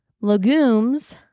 legumes